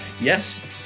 Yes